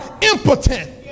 impotent